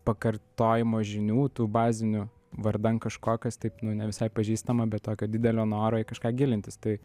pakartojimo žinių tų bazinių vardan kažko kas taip nu ne visai pažįstama be tokio didelio noro į kažką gilintis tai